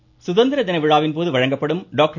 விருது சுதந்திர தின விழாவின் போது வழங்கப்படும் டாக்டர்